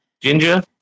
Ginger